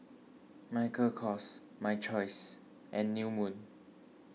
Michael Kors My Choice and New Moon